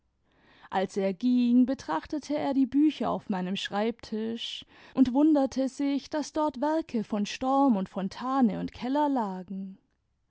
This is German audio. als er ging betrachtete er die bücher auf meinem schreibtisch und wtmderte sich daß dort werke von storm und fontane und keller lagen